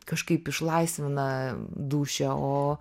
kažkaip išlaisvina dūšią o